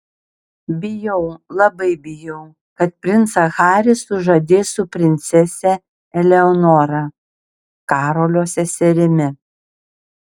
bijau labai bijau kad princą harį sužadės su princese eleonora karolio seserimi